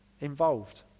involved